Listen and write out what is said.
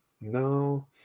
No